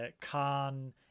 Khan